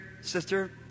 sister